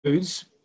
foods